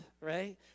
Right